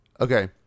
okay